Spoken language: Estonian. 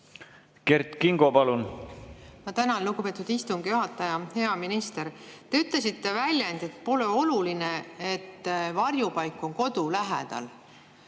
Kert Kingo, palun! Ma tänan, lugupeetud istungi juhataja! Hea minister! Te ütlesite, et pole oluline, et varjupaik oleks kodu lähedal,